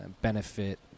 benefit